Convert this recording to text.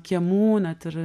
kiemų net ir